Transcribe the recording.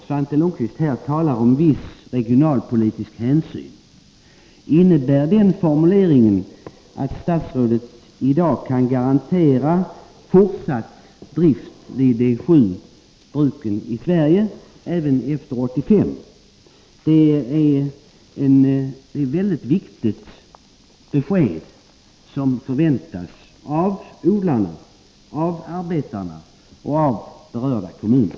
Svante Lundkvist talar om viss regionalpolitisk hänsyn. Innebär den formuleringen att statsrådet i dag kan garantera fortsatt drift vid de sju bruken i Sverige även efter 1985? Det är ett väldigt viktigt | besked för odlarna, arbetarna och berörda kommuner.